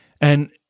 And-